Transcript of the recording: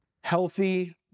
healthy